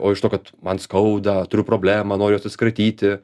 o iš to kad man skauda turiu problemą noriu jos atsikratyti